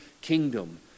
kingdom